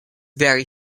very